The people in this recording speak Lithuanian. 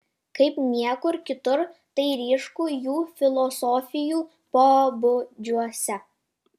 kaip niekur kitur tai ryšku jų filosofijų pobūdžiuose